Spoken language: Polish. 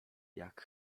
jak